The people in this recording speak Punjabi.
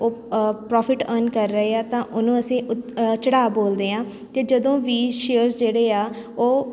ਉਹ ਪ੍ਰੋਫਿਟ ਅਰਨ ਕਰ ਰਹੇ ਆ ਤਾਂ ਉਹਨੂੰ ਅਸੀਂ ਉਤ ਚੜਾਅ ਬੋਲਦੇ ਹਾਂ ਅਤੇ ਜਦੋਂ ਵੀ ਸ਼ੇਅਰ ਜਿਹੜੇ ਆ ਉਹ